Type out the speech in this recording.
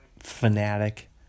Fanatic